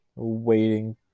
Waiting